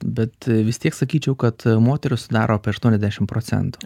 bet vis tiek sakyčiau kad moterų sudaro apie aštuoniasdešimt procentų